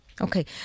Okay